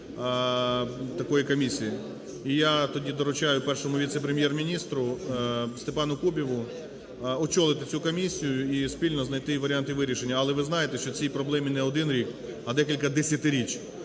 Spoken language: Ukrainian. такої комісії, і я тоді доручаю першому віце-прем'єр-міністру Степану Кубіву очолити цю комісію, і спільно знайти варіанти вирішення. Але, ви знаєте, що цій проблемі не один рік, а декілька десятиріч.